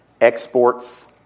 Exports